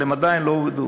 אבל הם עדיין לא הורדו.